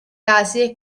case